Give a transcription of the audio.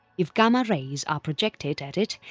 if gamma rays are projected at it,